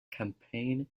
campaign